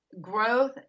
growth